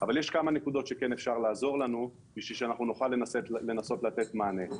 אבל יש כמה נקודות שכן אפשר לעזור לנו בשביל שנוכל לנסות לתת מענה.